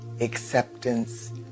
acceptance